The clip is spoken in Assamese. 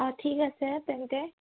অঁ ঠিক আছে তেন্তে